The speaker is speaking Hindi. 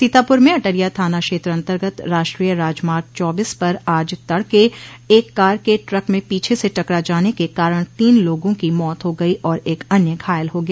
सीतापुर में अटरिया थाना क्षेत्र अन्तर्गत राष्ट्रीय राजमार्ग चौबीस पर आज तड़के एक कार के ट्रक में पीछे से टकरा जाने के कारण तीन लोगों की मौत हो गई और एक अन्य घायल हा गया